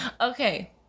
Okay